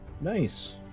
Nice